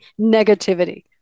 negativity